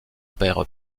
père